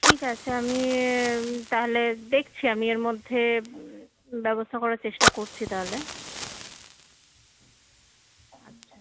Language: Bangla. ঠিক আছে আমি তাহলে দেখছি আমি এর মধ্যে ব্যবস্থা করার চেষ্টা করছি তাহলে আচ্ছা